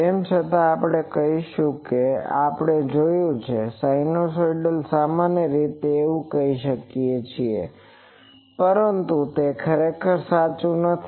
તેમ છતાં આપણે કહીશું જેમ આપણે જોયું છે કે સિનુસાઇડલ સામાન્ય રીતે આપણે કહી શકીએ છીએ પરંતુ તે ખરેખર સાચું નથી